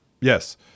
Yes